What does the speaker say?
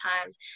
times